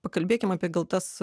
pakalbėkime apie gautas